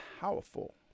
powerful